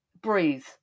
Breathe